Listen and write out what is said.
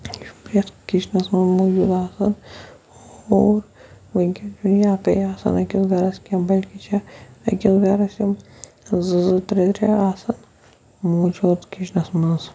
یہِ چھُ پرٛٮ۪تھ کِچنَس منٛز موٗجوٗد آسان اور وٕنکیٚن چھُ یہِ یکٔے آسان أکِس گَرَس کینٛہہ بلکہِ چھِ أکِس گَرَس یِم زٕ زٕ ترٛےٚ ترٛےٚ آسان موٗجوٗد کِچنَس منٛز